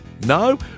No